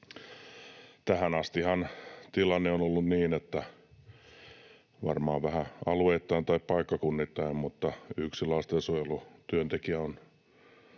Tähän astihan tilanne on ollut niin — varmaan vähän alueittain tai paikkakunnittain — että yksi lastensuojelutyöntekijä on